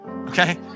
Okay